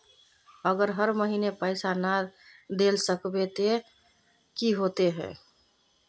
अगर हर महीने पैसा ना देल सकबे ते की होते है?